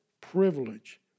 privilege